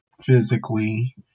physically